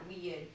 weird